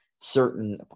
certain